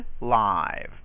live